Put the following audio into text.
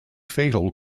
fatal